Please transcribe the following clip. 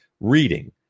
reading